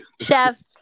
chef